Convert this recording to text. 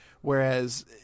Whereas